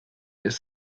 ist